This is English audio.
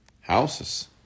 houses